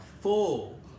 full